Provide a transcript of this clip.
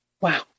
Wow